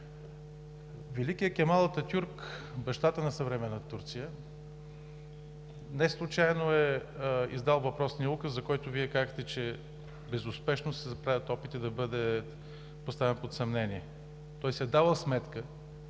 Великият Кемал Ататюрк, бащата на съвременна Турция, неслучайно е издал въпросния указ, за който Вие казахте, че безуспешно се правят опити да бъде поставен под съмнение. Той си е давал сметка,